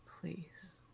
please